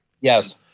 Yes